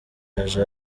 yaje